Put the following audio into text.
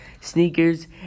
sneakers